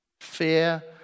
Fear